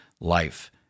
life